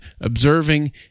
observing